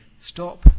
stop